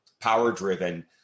power-driven